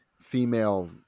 female